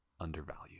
undervalue